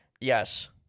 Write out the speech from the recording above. Yes